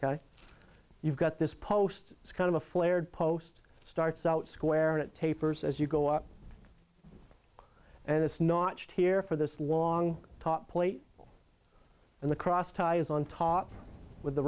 you've got this post it's kind of a flared post starts out square and it tapers as you go up and it's not just here for this long top plate and the cross ties on top with the